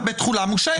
בתחולה מושהית.